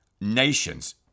nations